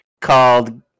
called